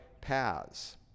paths